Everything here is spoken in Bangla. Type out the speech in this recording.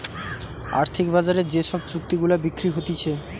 আর্থিক বাজারে যে সব চুক্তি গুলা বিক্রি হতিছে